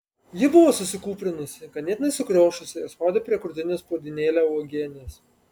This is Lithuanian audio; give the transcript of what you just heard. ji buvo susikūprinusi ganėtinai sukriošusi ir spaudė prie krūtinės puodynėlę uogienės